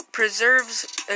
preserves